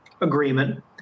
agreement